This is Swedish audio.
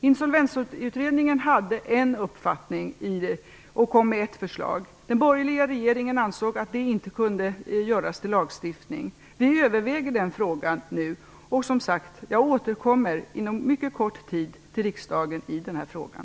Insolvensutredningen hade en uppfattning och kom med ett förslag. Den borgerliga regeringen ansåg att det inte kunde göras någon lagstiftning. Vi överväger nu denna fråga och jag återkommer, som sagt, inom mycket kort tid till riksdagen i den här frågan.